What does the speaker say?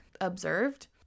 observed